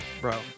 Bro